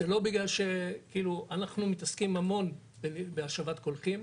זה לא בגלל שכאילו אנחנו מתעסקים המון בהשבת קולחים,